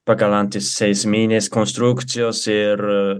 pagal anti seisminės konstrukcijos ir